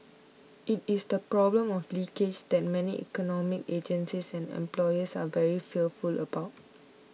it is the problem of leakage's that many economic agencies and employers are very fearful about